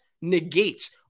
negate